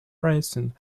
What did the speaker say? pricing